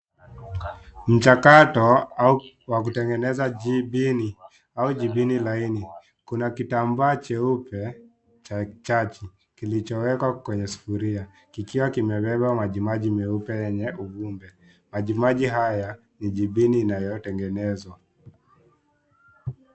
Mchakato au wa kutengeneza jibini au jibini laini . Kuna kitambaa cheupe cha jadi kilichowekwa kwenye sufuria kikiwa kimebeba maji maji meupe yenye uvundo . Maji maji haya ni jibini inayotengenezwa .